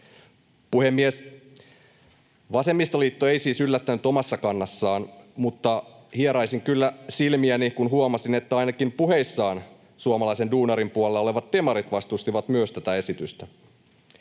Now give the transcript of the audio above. Puhemies! Vasemmistoliitto ei siis yllättänyt omassa kannassaan, mutta hieraisin kyllä silmiäni, kun huomasin, että ainakin puheissaan myös suomalaisen duunarin puolella olevat demarit vastustivat tätä esitystä